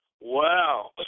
Wow